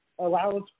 allows